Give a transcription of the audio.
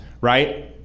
right